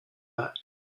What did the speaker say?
back